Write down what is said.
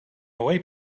away